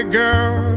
girl